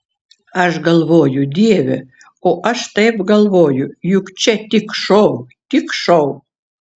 aš galvoju dieve o aš taip galvoju juk čia tik šou tik šou